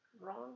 wrong